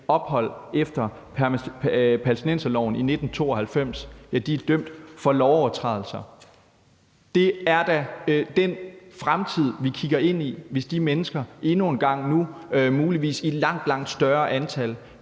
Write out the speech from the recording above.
ophold efter palæstinenserloven i 1992, er dømt for lovovertrædelser. Det er da den fremtid, vi kigger ind i, hvis de mennesker endnu en gang nu og muligvis i langt, langt større antal